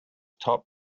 top